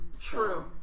True